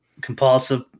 compulsive